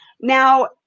Now